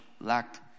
lacked